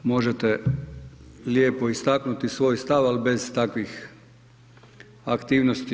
Možete lijepo istaknuti svoj stav, ali bez takvih aktivnosti.